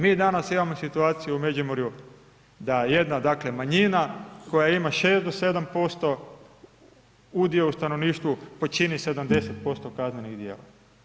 Mi danas imamo situaciju u Međimurju da jedna dakle manjina, koja ima 6-7% udio u stanovništvu, počini 70% kaznenih djela.